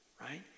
right